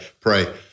pray